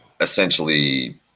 essentially